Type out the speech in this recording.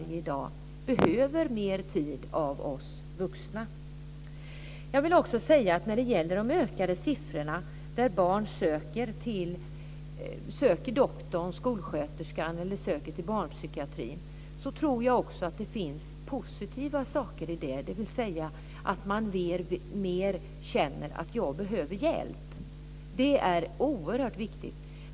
Jag vill också säga att när det gäller de ökade siffrorna för barn som söker doktorn eller skolsköterskan eller söker till barnpsykiatrin finns det också positiva saker i det, dvs. att man mer känner att man behöver hjälp. Det är oerhört viktigt.